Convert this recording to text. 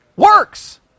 Works